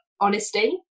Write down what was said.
honesty